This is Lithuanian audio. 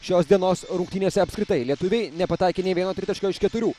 šios dienos rungtynėse apskritai lietuviai nepataikė nė vieno tritaškio iš keturių